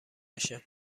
بشه